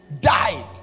died